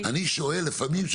אני אתייחס לזה בשני חלקים: